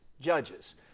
judges